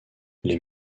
les